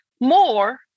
More